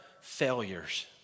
failures